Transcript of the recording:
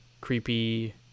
creepy